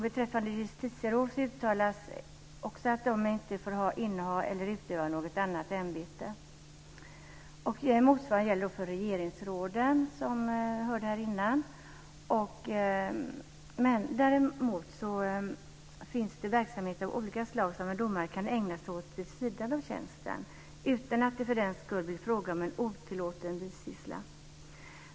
Beträffande justitieråd uttalas att de inte får inneha eller utöva något annat ämbete. Motsvarande gäller för regeringsråden, som vi hörde här tidigare. Däremot finns det verksamheter av olika slag som en domare kan ägna sig åt vid sidan av tjänsten utan att det för den skull är fråga om en otillåten bisyssla.